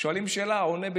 שואלים שאלה, עונה בשאלה.